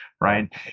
right